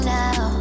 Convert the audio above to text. now